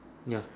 ya